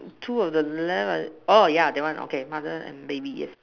two on the left oh ya that one okay mother and baby yes